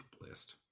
list